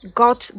got